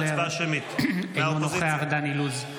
אינו נוכח דן אילוז,